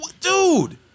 Dude